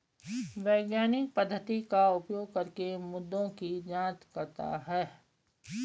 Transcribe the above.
वैज्ञानिक पद्धति का उपयोग करके मुद्दों की जांच करता है